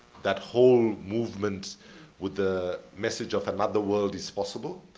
that whole movement with the message of another world is possible,